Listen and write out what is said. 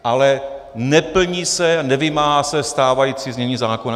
Ale neplní se, nevymáhá se stávající znění zákona.